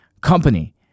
company